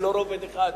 היא לא רובד אחד.